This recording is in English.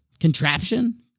Contraption